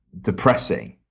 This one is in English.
depressing